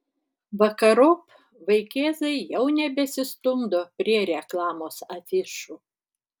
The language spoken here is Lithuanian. vakarop vaikėzai jau nebesistumdo prie reklamos afišų